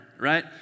right